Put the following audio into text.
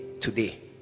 today